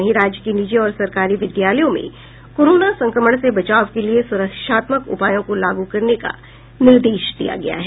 वहीं राज्य के निजी और सरकारी विद्यालयों में कोरोना संक्रमण से बचाव के लिये सुरक्षात्मक उपायों को लागू करने का निर्देश दिया गया है